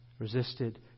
Resisted